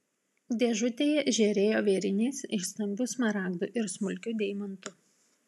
dėžutėje žėrėjo vėrinys iš stambių smaragdų ir smulkių deimantų